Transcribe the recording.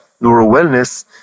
neuro-wellness